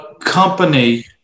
company